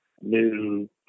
new